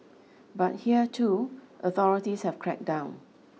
but here too authorities have crack down